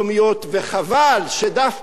וחבל שדווקא אלה,